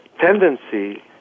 tendency